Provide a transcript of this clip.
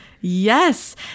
Yes